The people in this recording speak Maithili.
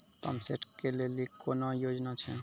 पंप सेट केलेली कोनो योजना छ?